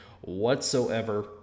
whatsoever